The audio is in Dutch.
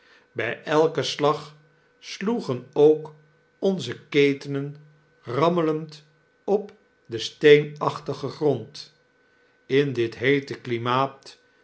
bjj elken slag sloegen ook onze ketenen rammelend op den steenachtigen grond in dit heete klimaat